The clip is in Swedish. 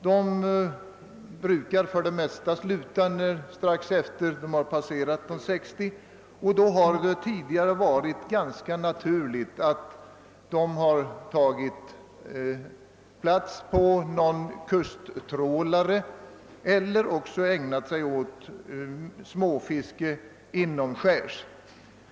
De brukar för det mesta sluta strax efter det att de passerat 60 år, då har det tidigare varit ganska naturligt att de tagit plats på någon kusttrålare eller också ägnat sig åt småfiske inomskärs.